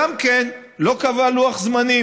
גם לא קבע לוח זמנים.